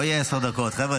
אני מבקש להצביע בעד החוק.